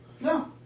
No